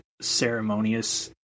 ceremonious